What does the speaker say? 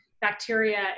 bacteria